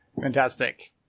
Fantastic